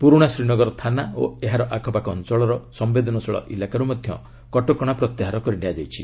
ପୁରୁଣା ଶ୍ରୀନଗର ଥାନା ଓ ଏହାର ଆଖପାଖ ଅଞ୍ଚଳର ସମ୍ଭେଦନଶୀଳ ଇଲାକାରୁ ମଧ୍ୟ କଟକଣା ପ୍ରତ୍ୟାହାର କରି ନିଆଯାଇଛି